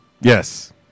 yes